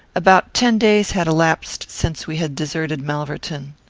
about ten days had elapsed since we had deserted malverton.